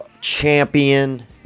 champion